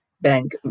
bank